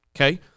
okay